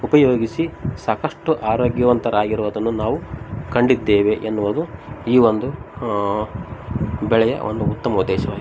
ಉಪಯೋಗಿಸಿ ಸಾಕಷ್ಟು ಆರೋಗ್ಯವಂತರಾಗಿರುವುದನ್ನು ನಾವು ಕಂಡಿದ್ದೇವೆ ಎನ್ನುವುದು ಈ ಒಂದು ಬೆಳೆಯ ಒಂದು ಉತ್ತಮ ಉದ್ದೇಶವಾಗಿ